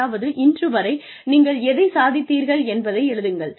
அதாவது இன்று வரை நீங்கள் எதை சாதித்தீர்கள் என்பதை எழுதுங்கள்